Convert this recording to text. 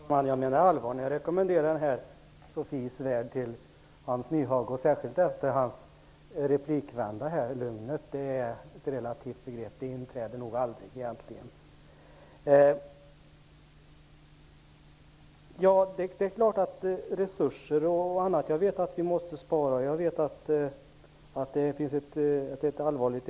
Fru talman! Jag menar allvar när jag rekommenderar boken Sofies värld till Hans Nyhage, särskilt efter hans replikvända. Lugn är ett relativt begrepp, och det inträder nog egentligen aldrig. Jag vet att vi måste spara och att det ekonomiska läget är allvarligt.